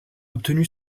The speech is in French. obtenu